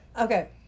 Okay